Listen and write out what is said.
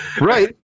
Right